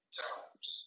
times